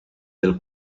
del